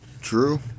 True